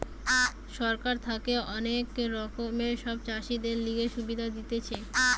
সরকার থাকে অনেক রকমের সব চাষীদের লিগে সুবিধা দিতেছে